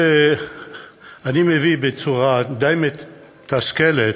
אני מביא בצורה די מתסכלת